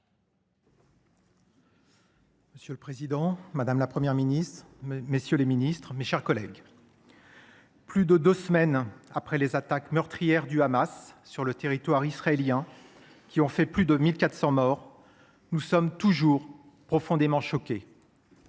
Monsieur le président, madame la Première ministre, messieurs les ministres, mes chers collègues, plus de deux semaines après les attaques meurtrières du Hamas sur le territoire israélien, qui ont fait plus de 1 400 morts, nous sommes toujours profondément choqués.